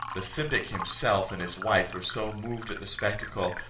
the syndic himself and his wife were so moved at the spectacle,